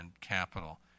capital